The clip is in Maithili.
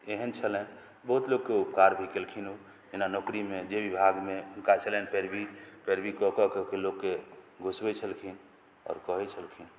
एहेन छलनि बहुत लोकके उपकार भी केलखिन ओ जेना नौकरीमे जे भी भागमे हुनका छलनि पैरवी पैरवी कऽ कऽ कऽ के लोकके घुसबै छलखिन और कहै छलखिन